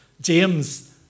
James